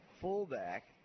fullback